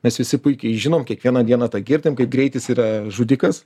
mes visi puikiai žinom kiekvieną dieną tą girdim kad greitis yra žudikas